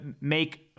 make